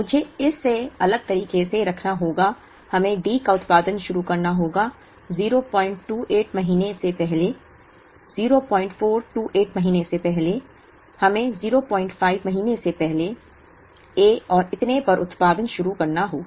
मुझे इसे अलग तरीके से रखना होगा हमें D का उत्पादन शुरू करना होगा 028 महीने से पहले 0428 महीने से पहले हमें 05 महीने से पहले A और इतने पर उत्पादन शुरू करना होगा